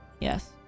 Yes